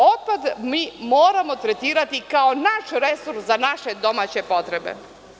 Otpad mi moramo tretirati kao naš resor za naše domaće potrebe.